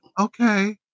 Okay